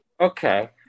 Okay